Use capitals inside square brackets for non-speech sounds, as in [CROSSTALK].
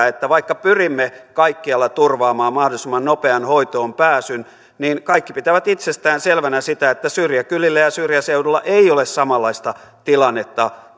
[UNINTELLIGIBLE] että vaikka pyrimme kaikkialla turvaamaan mahdollisimman nopean hoitoonpääsyn niin nyt kaikki pitävät aivan itsestään selvänä sitä että syrjäkylillä ja syrjäseuduilla ei ole samanlaista tilannetta [UNINTELLIGIBLE]